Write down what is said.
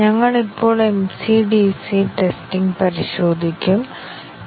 ഞങ്ങൾ ഇതുവരെ ചില ബ്ലാക്ക് ബോക്സ് ടെസ്റ്റിംഗ് ടെക്നിക്കുകൾ നോക്കി